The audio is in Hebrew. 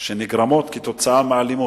שנגרמות מאלימות,